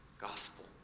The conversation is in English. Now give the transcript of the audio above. gospel